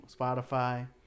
spotify